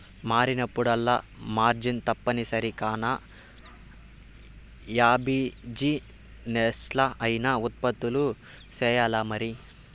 మారినప్పుడల్లా మార్జిన్ తప్పనిసరి కాన, యా బిజినెస్లా అయినా ఉత్పత్తులు సెయ్యాల్లమరి